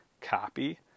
copy